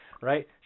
Right